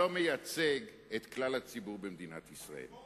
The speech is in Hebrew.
את כלל הציבור במדינת ישראל.